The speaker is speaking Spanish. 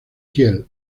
kiel